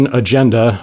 agenda